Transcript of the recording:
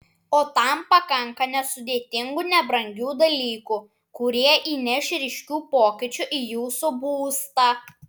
o tam pakanka nesudėtingų nebrangių dalykų kurie įneš ryškių pokyčių į jūsų būstą